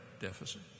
deficit